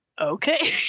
Okay